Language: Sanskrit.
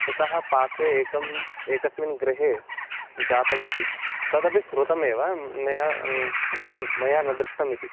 ततः पार्श्वे एकम् एकस्मिन् गृहे जातम् इति तदपि श्रुतम् एव मया मया न दृष्टम् इति